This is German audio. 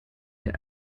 der